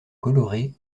coloré